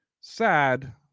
sad